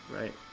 right